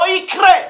לא יקרה,